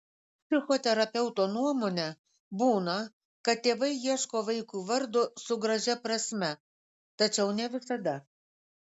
psichoterapeuto nuomone būna kad tėvai ieško vaikui vardo su gražia prasme tačiau ne visada